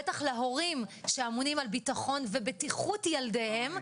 בטח להורים שאמונים על ביטחון ובטיחות ילדיהם,